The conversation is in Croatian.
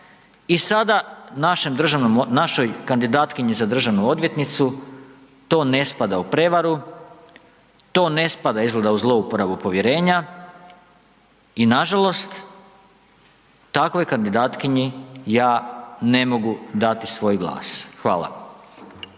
našoj kandidatkinji za državnu odvjetnicu to ne spada u prevaru to ne spada izgleda u zlouporabu povjerenja i nažalost, takvoj kandidatkinji ja ne mogu dati svoj glas, hvala.